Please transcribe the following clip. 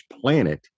planet